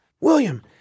William